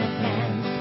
hands